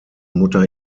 mutter